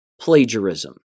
Plagiarism